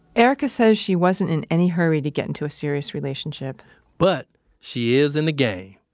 erika says she wasn't in any hurry to get into a serious relationship but she is in the game.